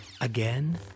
again